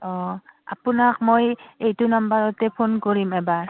অঁ আপোনাক মই এই এইটো নাম্বাৰতে ফোন কৰিম এবাৰ